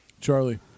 Charlie